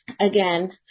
again